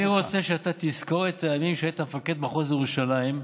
אני רוצה שאתה תזכור את הימים שהיית מפקד מחוז ירושלים,